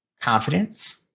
confidence